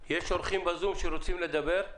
יש אורחים בזום שרוצים לדבר?